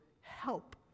help